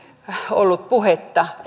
ollut puhetta